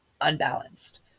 unbalanced